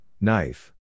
knife